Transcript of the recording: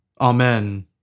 Amen